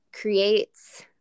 creates –